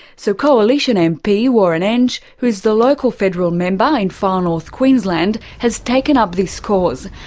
so coalition mp, warren entsch, who's the local federal member in far north queensland, has taken up this cause.